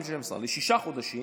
לשישה חודשים,